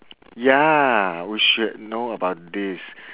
ya we should know about this